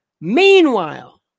Meanwhile